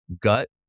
gut